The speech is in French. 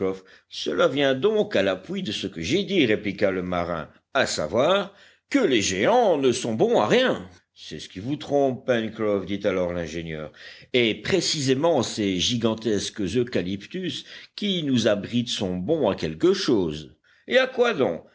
cela vient donc à l'appui de ce que j'ai dit répliqua le marin à savoir que les géants ne sont bons à rien c'est ce qui vous trompe pencroff dit alors l'ingénieur et précisément ces gigantesques eucalyptus qui nous abritent sont bons à quelque chose et à quoi donc